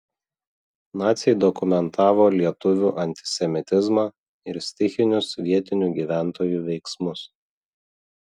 naciai dokumentavo lietuvių antisemitizmą ir stichinius vietinių gyventojų veiksmus